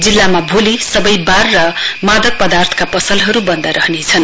जिल्लामा भोलि सबै बार र मादक पदार्थका पसलहरू बन्द रहनेछन्